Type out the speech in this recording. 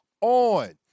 on